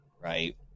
Right